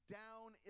down